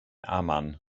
amman